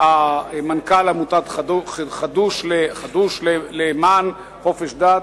מנכ"ל עמותת חדו"ש למען חופש דת,